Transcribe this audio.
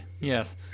yes